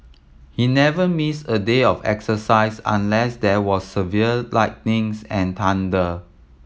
he never missed a day of exercise unless there was severe lightnings and thunder